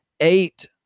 eight